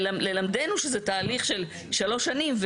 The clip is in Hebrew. למדנו שזה תהליך של שלוש שנים.